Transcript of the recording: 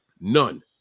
None